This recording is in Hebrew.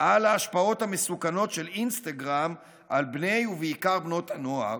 על ההשפעות המסוכנות של אינסטגרם על בני ובעיקר בנות הנוער.